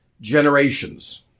generations